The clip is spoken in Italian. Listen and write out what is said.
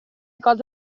cose